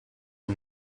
who